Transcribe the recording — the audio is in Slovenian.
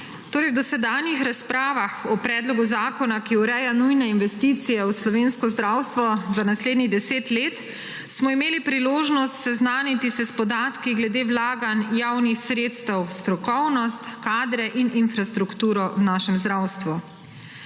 V dosedanjih razpravah o predlogu zakona, ki ureja nujne investicije v slovensko zdravstvo za naslednjih deset let, smo imeli priložnost seznaniti se s podatki glede vlaganj javnih sredstev v strokovnost, kadre in infrastrukturo v našem zdravstvu.